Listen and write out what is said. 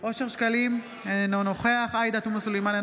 אושר שקלים - אינו נוכח עאידה תומא סלימאן,